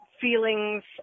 feelings